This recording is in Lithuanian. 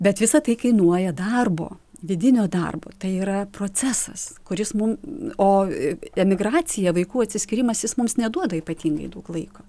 bet visa tai kainuoja darbo vidinio darbo tai yra procesas kuris mum o emigracija vaikų atsiskyrimas jis mums neduoda ypatingai daug laiko